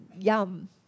yum